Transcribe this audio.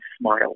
smile